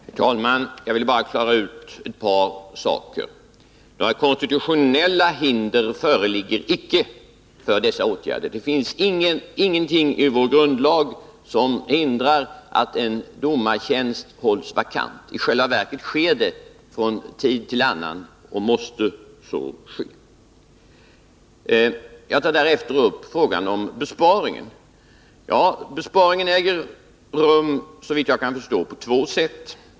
Herr talman! Jag vill bara klara ut ett par saker. Några konstitutionella hinder föreligger icke för dessa åtgärder. Det finns ingenting i vår grundlag som hindrar att en domartjänst hålls vakant. I själva verket sker det från tid till annan och måste så ske. Jag tar därefter upp frågan om besparingen. Såvitt jag kan förstå äger besparingen rum på två sätt.